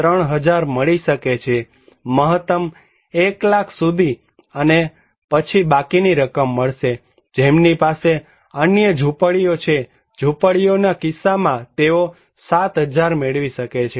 3000 મળી શકે છેમહત્તમ 1 લાખ સુધી અને પછી બાકીની રકમ મળશે જેમની પાસે અન્ય ઝૂંપડીઓ છેઝૂંપડીઓના કિસ્સામાં તેઓ 7000 મેળવી શકે છે